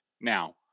Now